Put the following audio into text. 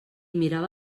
mirava